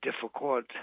difficult